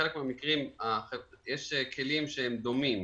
בחלק מהמקרים יש כלים דומים